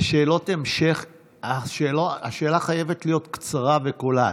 בשאלות המשך השאלה חייבת להיות קצרה וקולעת.